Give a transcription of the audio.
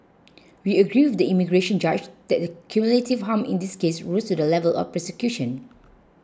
we agree with the immigration judge that the cumulative harm in this case rose to the level of persecution